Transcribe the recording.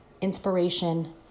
inspiration